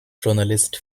journalist